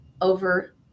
over